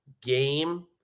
game